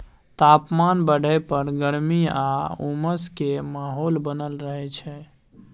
तापमान बढ़य पर गर्मी आ उमस के माहौल बनल रहय छइ